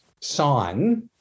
sign